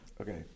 Okay